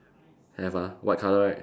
have ah white color right